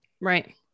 Right